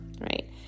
right